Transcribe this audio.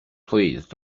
please